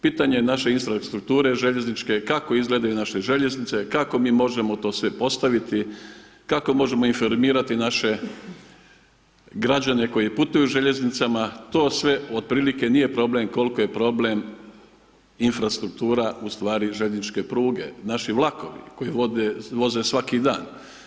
Pitanje naše infrastrukture željezničke, kako izgledaju naše željeznice, kako mi možemo to sve postaviti, kako možemo informirati naše građane koji putuju željeznicama, to sve otprilike nije problem koliko je problem infrastruktura ustvari željezničke pruga, naši vlakovi koji voze svaki dan.